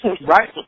Right